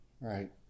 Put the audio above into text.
right